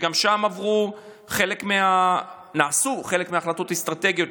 וגם בו נעשו חלק מההחלטות האסטרטגיות,